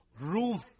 room